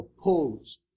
opposed